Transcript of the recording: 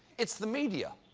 it's the media.